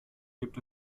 gibt